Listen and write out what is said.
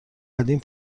قدیم